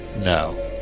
no